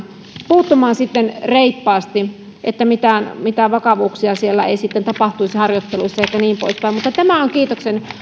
puuttumaan sitten reippaasti että mitään mitään vakavuuksia siellä ei sitten tapahtuisi harjoittelussa eikä niin poispäin mutta tämä on kiitoksen